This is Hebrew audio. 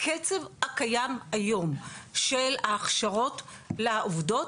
בקצב הקיים היום של ההכשרות לעובדות,